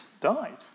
died